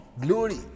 Glory